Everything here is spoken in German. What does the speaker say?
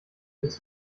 bist